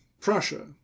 Prussia